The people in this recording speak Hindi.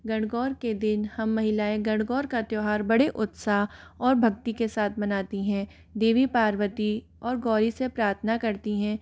गणगौर के दिन हम महिलाएं गणगौर का त्यौहार बड़े उत्साह और भक्ति के साथ मनाती हैं देवी पार्वती और गौरी से प्रार्थना करती हैं